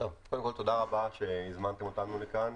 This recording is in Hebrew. תודה רבה שהזמנתם אותנו לכאן,